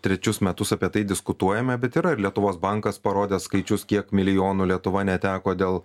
trečius metus apie tai diskutuojame bet yra ir lietuvos bankas parodęs skaičius kiek milijonų lietuva neteko dėl